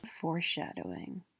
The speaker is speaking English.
Foreshadowing